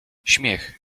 śmiech